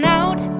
out